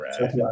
Right